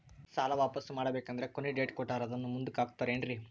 ಸಾಲ ವಾಪಾಸ್ಸು ಮಾಡಬೇಕಂದರೆ ಕೊನಿ ಡೇಟ್ ಕೊಟ್ಟಾರ ಅದನ್ನು ಮುಂದುಕ್ಕ ಹಾಕುತ್ತಾರೇನ್ರಿ?